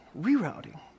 rerouting